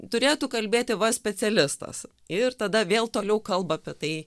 turėtų kalbėti va specialistas ir tada vėl toliau kalba apie tai